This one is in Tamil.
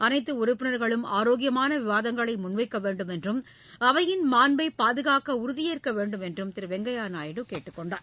அனைத்து உறுப்பினர்களும் ஆரோக்கியமான விவாதங்களை முன்வைக்க வேண்டுமென்றும் அவையின் மாண்பை பாதுகாக்க உறுதியேற்க வேண்டுமென்றும் திரு வெங்கையா நாயுடு கேட்டுக் கொண்டார்